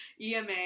EMA